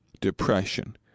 depression